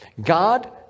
God